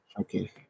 Okay